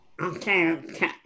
Okay